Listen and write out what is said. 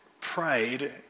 prayed